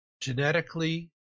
genetically